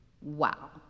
Wow